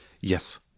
Yes